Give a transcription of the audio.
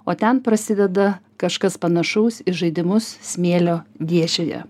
o ten prasideda kažkas panašaus į žaidimus smėlio dėžėje